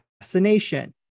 fascination